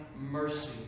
mercy